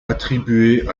attribuées